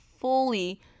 fully